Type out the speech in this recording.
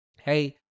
hey